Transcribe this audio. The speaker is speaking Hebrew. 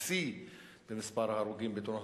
לתת לו סמכויות.